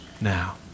now